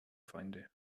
feinde